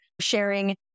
sharing